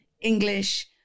english